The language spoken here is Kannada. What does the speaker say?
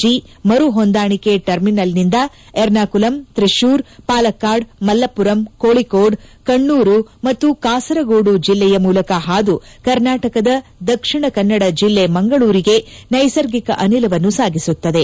ಜಿ ಮರುಹೊಂದಾಣಿಕೆ ಟರ್ಮಿನಲ್ ನಿಂದ ಎರ್ನಾಕುಲಂ ತ್ರಿಸ್ಸೂರ್ ಪಾಲಕ್ಕಾಡ್ ಮಲ್ಲಪುರಂ ಕೋಳಿಕೋಡ್ ಕಣ್ಣೂರು ಮತ್ತು ಕಾಸರಗೋದು ಜಿಲ್ಲೆಯ ಮೂಲಕ ಹಾದೂ ಕರ್ನಾಟಕದ ದಕ್ಷಿಣ ಕನ್ನಡ ಜಿಲ್ಲೆ ಮಂಗಳೂರಿಗೆ ನ್ವೆಸರ್ಗಿಕ ಅನಿಲವನ್ನು ಸಾಗಿಸುತ್ತದೆ